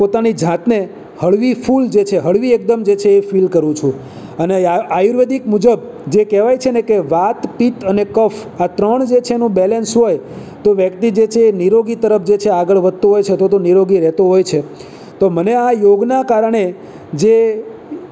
પોતાની જાતને હળવીફૂલ જે છે હળવી એકદમ જે છે એ ફીલ કરું છું અને આયુર્વેદિક મુજબ કે જે કહેવાય છે ને કે વાત્ત પિત્ત અને કફ આ ત્રણનું જે છે એનું બેલેન્સ હોય તો વ્યક્તિ જે છે એ નીરોગી તરફ જે છે એ આગળ વધતો હોય છે અથવા નીરોગી રેતો હોય છે તો મને આ યોગના કારણે જે